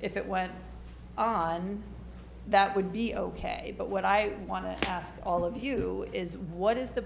if it went on that would be ok but what i want to ask all of you is what is the